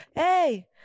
Hey